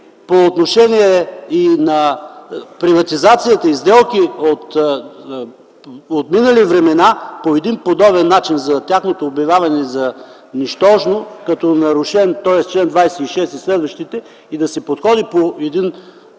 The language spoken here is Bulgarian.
по отношение на приватизацията и сделки от минали времена по подобен начин – за тяхното обявяване за нищожно, като е нарушен чл. 26 и следващите, и да се подходи по